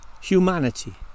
humanity